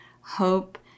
hope